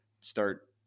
start –